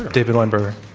david weinberger.